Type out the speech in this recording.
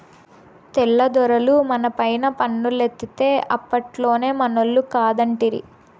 తెల్ల దొరలు మనపైన పన్నులేత్తే అప్పట్లోనే మనోళ్లు కాదంటిరి